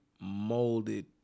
molded